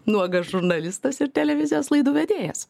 nuogas žurnalistas ir televizijos laidų vedėjas